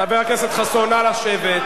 44 נגד, 32 בעד, אין נמנעים.